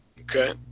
Okay